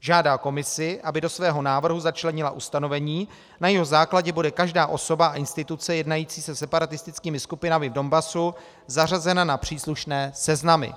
Žádá Komisi, aby do svého návrhu začlenila ustanovení, na jehož základě bude každá osoba a instituce jednající se separatistickými skupinami v Donbasu zařazena na příslušné seznamy.